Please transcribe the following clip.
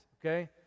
okay